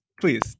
please